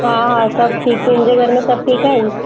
हा हा सभु ठीकु तुंहिंजे घर में सभु ठीकु आहिनि